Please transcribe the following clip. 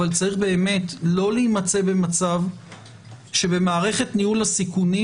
אבל צריך באמת לא להימצא במצב שבמערכת ניהול הסיכונים